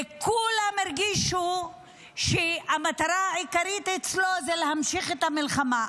כולם הרגישו שהמטרה העיקרית אצלו זה להמשיך את המלחמה.